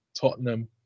Tottenham